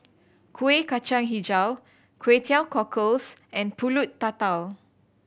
Kueh Kacang Hijau Kway Teow Cockles and Pulut Tatal